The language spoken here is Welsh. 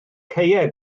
caeau